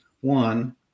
one